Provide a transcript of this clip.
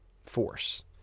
force